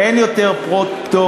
אין יותר פטורים.